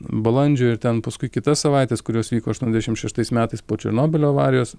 balandžio ir ten paskui kitas savaites kurios vyko aštuoniasdešimt šeštais metais po černobylio avarijos